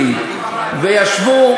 ישב,